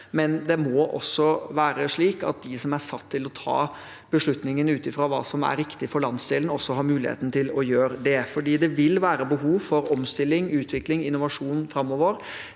men det må også være slik at de som er satt til å ta beslutningene ut fra hva som er viktig for landsdelen, har muligheten til å gjøre det, for det vil være behov for omstilling, utvikling og innovasjon framover.